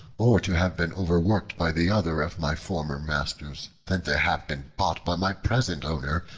or to have been overworked by the other of my former masters, than to have been bought by my present owner,